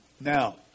Now